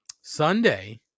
Sunday